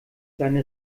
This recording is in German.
seine